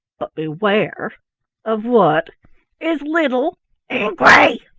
but beware of what is little and gray.